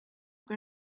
que